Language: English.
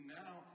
now